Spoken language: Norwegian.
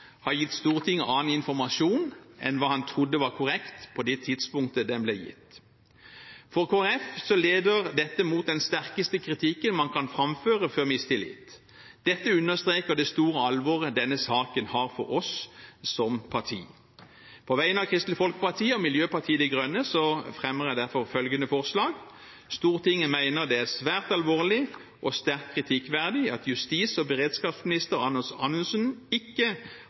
har gitt Stortinget annen informasjon enn hva han trodde var korrekt på det tidspunktet den ble gitt. For Kristelig Folkeparti leder dette mot den sterkeste kritikken man kan framføre, før mistillit. Dette understreker det store alvoret denne saken har for oss som parti. På vegne av Kristelig Folkeparti og Miljøpartiet De Grønne fremmer jeg derfor følgende forslag: «Stortinget mener det er svært alvorlig og sterkt kritikkverdig at justis- og beredskapsminister Anders Anundsen ikke